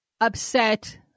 upset